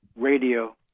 radio